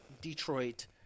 Detroit